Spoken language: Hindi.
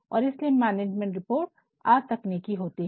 और इसलिए मैनेजमेंट रिपोर्ट अतकनीकी होती है